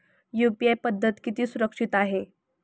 UPI पद्धत किती सुरक्षित आहे?